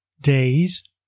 days